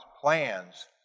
plans